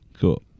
Cool